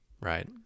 Right